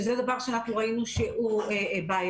שזה דבר שאנחנו ראינו שהוא בעייתי.